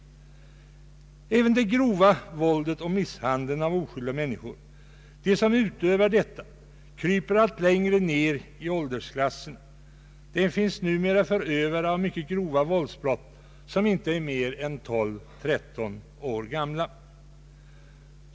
De som utövar det grova våldet och misshandeln av oskyldiga människor återfinns allt längre ned i ålderklasserna. Det finns numera förövare av mycket grova våldsbrott som inte är mer än 12—13 år.